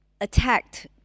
attacked